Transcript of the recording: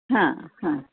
हां हां